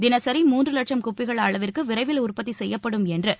தினசரி மூன்று வட்சம் குப்பிகள் அளவிற்கு விரைவில் உற்பத்தி செய்யப்படும் என்று திரு